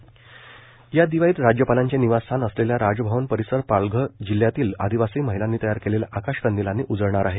दिवाळी राज्यपालगडकरी या दिवाळीत राज्यपालांचे निवासस्थान असलेला राजभवन परिसर पालघर जिल्ह्यातील आदिवासी महिलांनी तयार केलेल्या आकाश कंदिलांनी उजळणार आहे